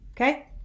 okay